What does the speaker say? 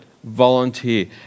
volunteer